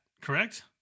correct